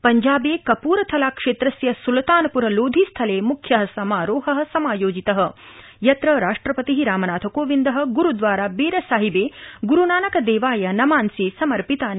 पञ्जाबे कप्रथलाक्षेत्रस्य सुल्तानपुर लोधी स्थले मुख्य समारोह समायोजित यत्र राष्ट्रपति रामनाथ कोविन्द ग्रुद्वारा बेरसाहिबे ग्रुनानक देवाय नमांसि समर्पितानि